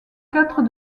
quatre